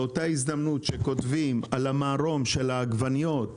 באותה הזדמנות שכותבים על המרום של העגבניות